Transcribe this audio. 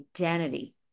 identity